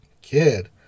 Kid